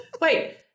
wait